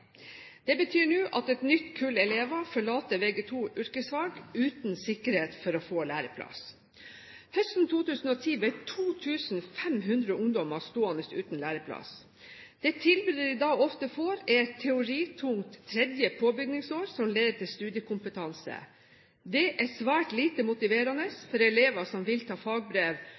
Det betyr nå at et nytt kull elever forlater Vg2 yrkesfag uten sikkerhet for å få læreplass. Høsten 2010 ble 2 500 ungdommer stående uten læreplass. Det tilbudet de da ofte får, er et teoritungt tredje påbygningsår som leder til studiekompetanse. Det er svært lite motiverende for elever som vil ta fagbrev,